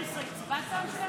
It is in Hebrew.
הצבעת על 12?